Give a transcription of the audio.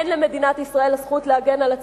אין למדינת ישראל הזכות להגן על עצמה,